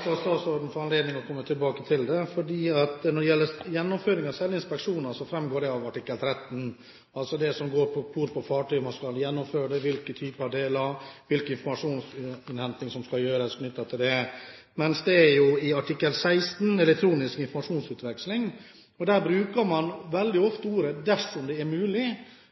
skal statsråden få anledning til å komme tilbake til det. Når det gjelder gjennomføringen av selve inspeksjonen, så fremgår det av artikkel 13, altså det som går på hvor på fartøyet man skal gjennomføre den, på hvilke deler og hvilken informasjonsinnhenting som skal gjøres knyttet til inspeksjonen. Mens i artikkel 16, om elektronisk informasjonsutveksling, bruker man veldig ofte uttrykket «hvis mulig»